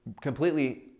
completely